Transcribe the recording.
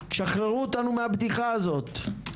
שחררו אותנו מהבדיחה הזאת.